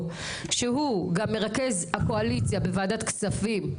שהוא גם מרכז הקואליציה בוועדת כספים,